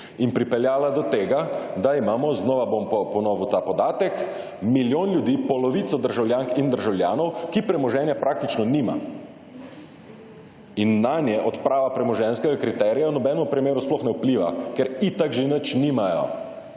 in pripeljala do tega, da imamo, znova bom ponovil ta podatek, milijon ljudi, polovico državljank in državljanov, ki premoženja praktično nima in nanje odprava premoženjskega kriterija v nobenemu primeru sploh ne vpliva, ker itak že nič nimajo.